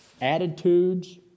attitudes